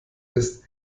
ist